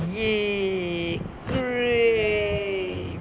!yay! hooray